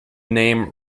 name